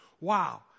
wow